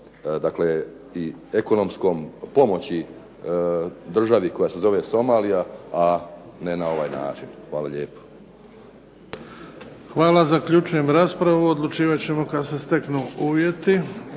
drugom i ekonomskom pomoći državi koja se zove Somalija, a ne na ovaj način. Hvala lijepo. **Bebić, Luka (HDZ)** Hvala. Zaključujem raspravu. Odlučivat ćemo kada se steknu uvjeti.